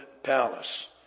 palace